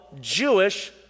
Jewish